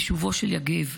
לשובו של יגב.